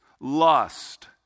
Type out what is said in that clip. lust